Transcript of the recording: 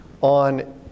on